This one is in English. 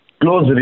close